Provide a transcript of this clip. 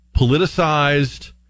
politicized